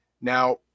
Now